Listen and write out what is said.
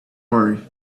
worry